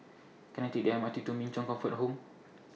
Can I Take The M R T to Min Chong Comfort Home